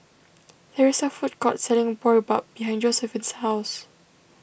there is a food court selling Boribap behind Josiephine's house